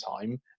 time